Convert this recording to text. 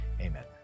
amen